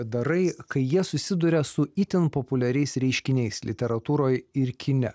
darai kai jie susiduria su itin populiariais reiškiniais literatūroj ir kine